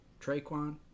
Traquan